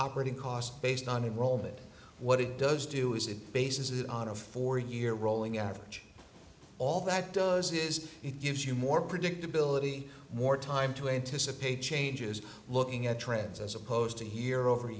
operating cost based on the role that what it does do is it bases it on a four year rolling average all that does is it gives you more predictability more time to anticipate changes looking at trends as opposed to year over